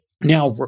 now